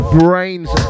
brains